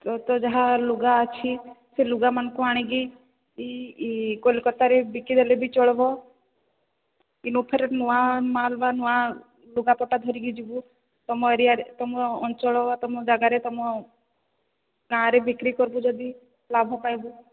ତ ଯାହା ଲୁଗା ଅଛି ସେ ଲୁଗାଗୁଡ଼ିକୁ ଆଣିକି କୋଲକତାରେ ବିକିଦେଲେ ବି ଚଳିବ କିନ୍ତୁ ଫେରେ ନୂଆ ମାଲ ବା ନୂଆ ଲୁଗାପଟା ଧରିକି ଯିବୁ ତୁମ ଏରିଆରେ ତୁମ ଅଞ୍ଚଳ ବା ତୁମ ଜାଗାରେ ତୁମ ଗାଁରେ ବିକ୍ରି କରିବୁ ଯଦି ଲାଭ ପାଇବୁ